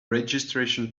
registration